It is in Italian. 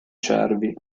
cervi